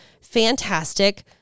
fantastic